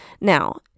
Now